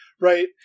Right